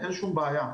אין שום בעיה.